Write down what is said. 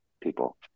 people